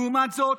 לעומת זאת,